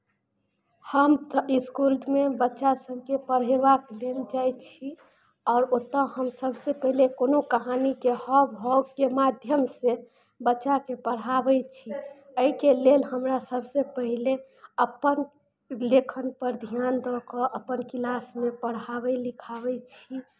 हम त् इसकुलमे बच्चा सभकेँ पढ़ेबाक लेल जाइ छी आओर ओतय हम सभसँ पहिले कोनो कहानीके हाव भावके माध्यमसँ बच्चाकेँ पढ़ाबै छी एहिके लेल हमरा सभसँ पहिले अपन लेखनपर ध्यान दऽ कऽ अपन क्लासमे पढ़ाबै लिखाबै छी